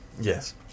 Yes